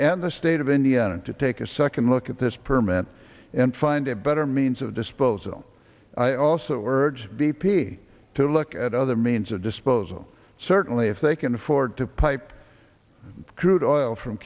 and the state of indiana to take a second look at this permit and find a better means of disposal i also urge b p to look at other means of disposal certainly if they can afford to pipe crude oil from